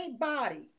body